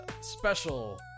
special